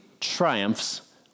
triumphs